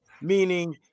meaning